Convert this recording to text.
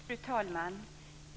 Fru talman!